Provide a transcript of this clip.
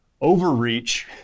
overreach